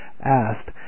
asked